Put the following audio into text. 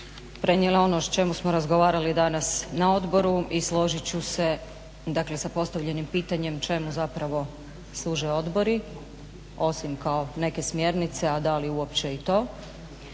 prenijele ono o čemu smo razgovarali danas na odboru i složit ću se dakle sa postavljenim pitanjem čemu zapravo služe odbori, osim kao neke smjernice a da li uopće i to.